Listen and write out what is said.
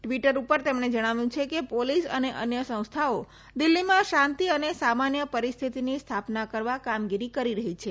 Twitter ઉપર તેમણે જણાવ્યું છે કે પોલીસ અને અન્ય સંસ્થાઓ દિલ્હીમાં શાંતિ અને સામાન્ય પરિસ્થીતીની સ્થાપના કરવા કામગીરી કરી રહી છે